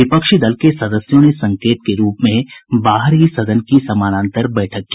विपक्षी दल के सदस्यों ने संकेत के रूप में बाहर ही सदन की समानांतर बैठक की